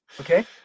Okay